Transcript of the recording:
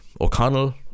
O'Connell